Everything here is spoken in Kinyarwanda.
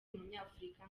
umunyafurika